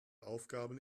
aufgaben